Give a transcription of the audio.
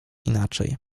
inaczej